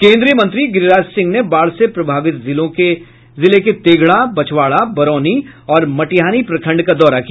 केन्द्रीय मंत्री गिरिराज सिंह ने बाढ़ से प्रभावित जिले के तेघड़ा बछवाड़ा बरौनी और मटिहानी प्रखंड का दौरा किया